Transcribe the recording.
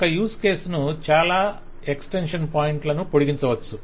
ఒక use case ను చాలా ఎక్స్టెన్షన్ పాయింట్లను పొడిగించవచ్చు